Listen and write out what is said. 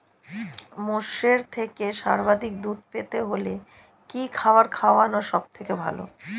মোষের থেকে সর্বাধিক দুধ পেতে হলে কি খাবার খাওয়ানো সবথেকে ভালো?